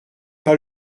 pas